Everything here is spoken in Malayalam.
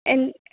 എൻ